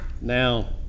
Now